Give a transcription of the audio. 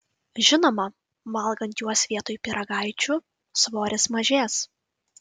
žinoma valgant juos vietoj pyragaičių svoris mažės